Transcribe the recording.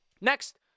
Next